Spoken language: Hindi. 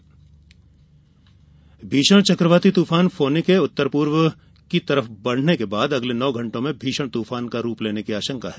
फोनी तूफान भीषण चक्रवाती तूफान फोनी के उत्तर उत्तर पूर्व की ओर बढ़ने के बाद अगले नौ घंटों में भीषण तूफान का रुप लेने की आशंका है